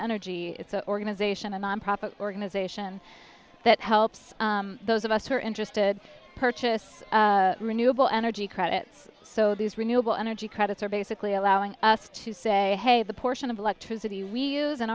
energy it's an organization a nonprofit organization that helps those of us who are interested purchase renewable energy credits so these renewable energy credits are basically allowing us to say hey the portion of electricity we use in